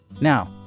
Now